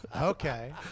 Okay